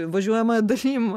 važiuojama dalim